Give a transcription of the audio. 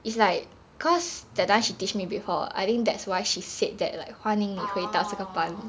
it's like cause that time she teach me before I think that's why she said that like hunting mei toxic upon